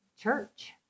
church